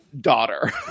daughter